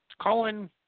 Colin